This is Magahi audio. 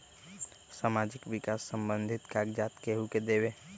समाजीक विकास संबंधित कागज़ात केहु देबे?